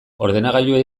ordenagailuei